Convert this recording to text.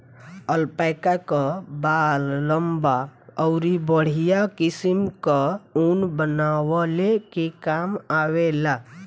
alpaca कअ बाल लंबा अउरी बढ़िया किसिम कअ ऊन बनवले के काम आवेला